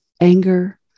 anger